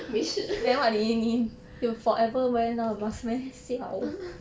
没事